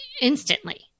instantly